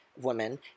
women